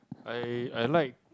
I I like